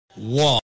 One